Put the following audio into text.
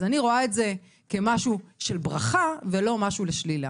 אז אני רואה את זה כמשהו של ברכה ולא משהו לשלילה.